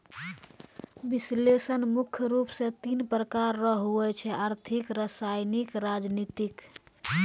विश्लेषण मुख्य रूप से तीन प्रकार रो हुवै छै आर्थिक रसायनिक राजनीतिक